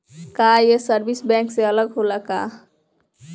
का ये service bank से अलग होला का?